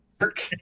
Work